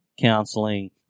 counseling